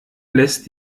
lässt